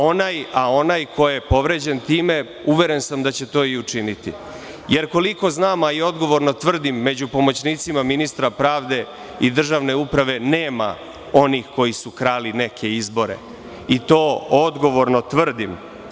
Onaj ko je time povređen, uveren sam da će to i učiniti, jer koliko znam, a i odgovorno tvrdim, među pomoćnicima ministra pravde i Državne uprave nema onih koji su krali neke izbore i to odgovorno tvrdim.